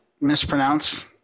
mispronounce